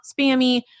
spammy